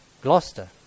Gloucester